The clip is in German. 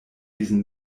diesen